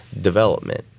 development